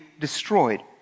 destroyed